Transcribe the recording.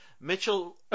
Mitchell